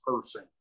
person